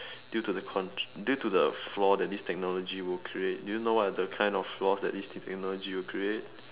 due to the constraint due to the flaw that this technology will create do you know what are the kind of flaws that this technology will create